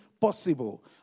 possible